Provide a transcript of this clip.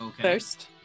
first